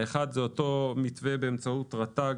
דבר ראשון הוא אותו מתווה באמצעות רט"ג,